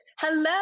Hello